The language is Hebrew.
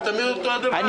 זה תמיד אותו הדבר.